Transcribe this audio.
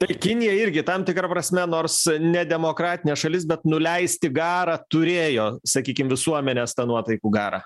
tai kinija irgi tam tikra prasme nors nedemokratinė šalis bet nuleisti garą turėjo sakykim visuomenės nuotaikų garą